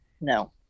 No